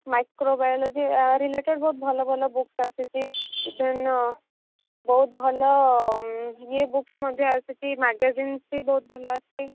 microbiology ୟା related ବହୁତ ଭଲ ଭଲ ବୁକ୍ ଆସିଛି ଦେନ୍ ବହୁତ ଭଲ ଇଏ ବୁକସ୍ ମଧ୍ୟ ଆସିଛି ମାଗାଜିନ୍ ବି ବହୁତ ଭଲ ଆସିଛି